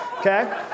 Okay